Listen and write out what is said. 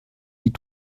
die